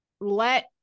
let